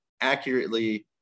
accurately